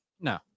No